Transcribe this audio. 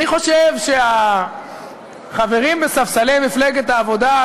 אני חושב שהחברים בספסלי מפלגת העבודה,